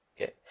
okay